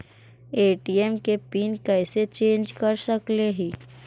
ATM के PIN कैसे change कर सकली ही?